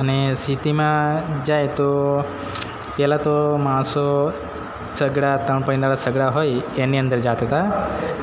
અને સિટીમાં જાય તો પહેલાં તો માણસો છકડા ત્રણ પેંડાના છકડા હોય એની અંદર જતા હતા